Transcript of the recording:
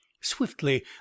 Swiftly